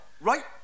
Right